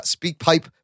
SpeakPipe